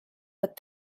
but